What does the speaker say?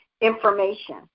information